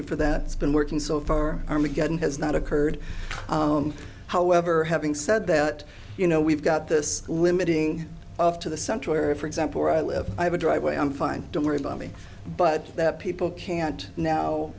you for that it's been working so far armageddon has not occurred however having said that you know we've got this limiting of to the central area for example where i live i have a driveway i'm fine don't worry about me but that people can't now